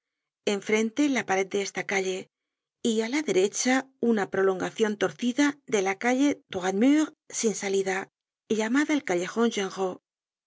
en ángulo recto enfrente la pared de esta calle y á la derecha una prolongacion torcida de la calle droitmur sin salida llamada el callejon